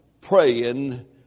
praying